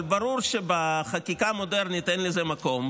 אבל ברור שבחקיקה המודרנית אין לזה מקום,